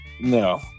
No